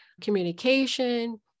communication